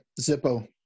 Zippo